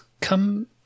come